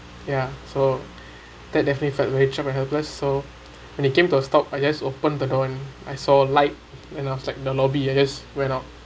ya so that definitely felt very trap and helpless so when it came to a stop I just open the door and I saw light and it was like the lobby I just went out